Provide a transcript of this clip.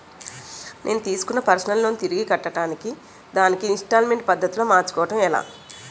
నేను తిస్కున్న personal loan తిరిగి కట్టడానికి దానిని ఇంస్తాల్మేంట్ పద్ధతి లో మార్చుకోవడం ఎలా?